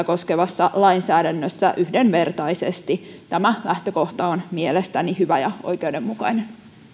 koskevassa lainsäädännössä yhdenvertaisesti tämä lähtökohta on mielestäni hyvä ja oikeudenmukainen